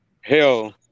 Hell